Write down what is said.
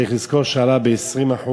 צריך לזכור שעלה ב-20%.